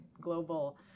global